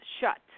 shut